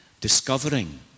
discovering